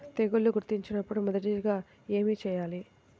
తెగుళ్లు గుర్తించినపుడు మొదటిగా ఏమి చేయాలి?